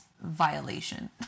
violation